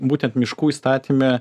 būtent miškų įstatyme